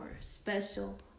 special